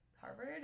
Harvard